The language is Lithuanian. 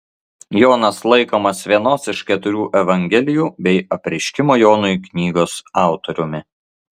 jonas laikomas vienos iš keturių evangelijų bei apreiškimo jonui knygos autoriumi